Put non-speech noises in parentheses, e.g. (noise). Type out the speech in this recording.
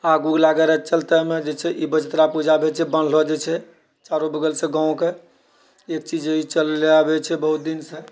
आगू (unintelligible) चलतेमे जे छै ई बचित्रा पूजा आबैत छै बान्हलो जात इ छै चारू बगलसँ गाँवके एक चीज ई चलले आबै छै बहुत दिनसँ